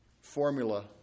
formula